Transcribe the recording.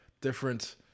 different